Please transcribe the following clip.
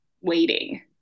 waiting